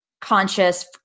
Conscious